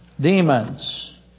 demons